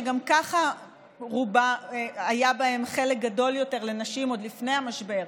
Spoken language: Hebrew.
שגם כך היה בהם חלק גדול יותר לנשים עוד לפני המשבר,